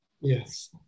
Yes